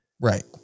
right